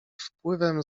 wpływem